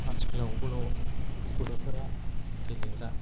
आथिखालाव गथ'फ्रा गेलेग्रा